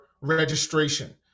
registration